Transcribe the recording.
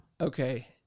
Okay